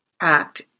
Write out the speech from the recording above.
act